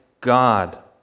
God